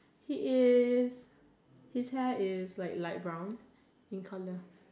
he is his hair is like light brown in colour